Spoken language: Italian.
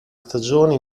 stagione